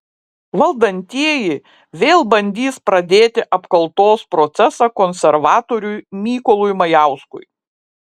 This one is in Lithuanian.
valdantieji dėl bandys pradėti apkaltos procesą konservatoriui mykolui majauskui